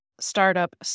startup